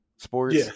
sports